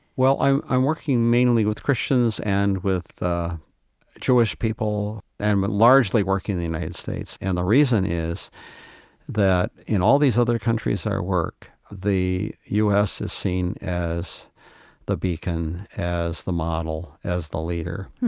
well, i'm i'm working mainly with christians and with jewish people and but largely work in the united states. and the reason is that in all these other countries i work, the u s. is seen as the beacon, as the model, as the leader,